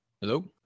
Hello